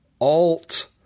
alt